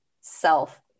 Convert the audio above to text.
self